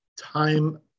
time